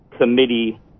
Committee